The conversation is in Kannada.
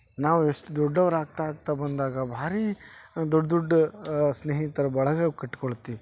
ನಾವು ಎಷ್ಟು ದೊಡ್ಡವರಾಗ್ತಾ ಆಗ್ತಾ ಬಂದಾಗ ಭಾರೀ ದೊಡ್ಡ ದೊಡ್ಡ ಸ್ನೇಹಿತರ ಬಳಗ ಕಟ್ಟಿಕೊಳ್ತಿವಿ